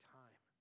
time